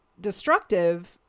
destructive